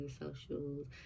socials